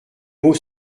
mots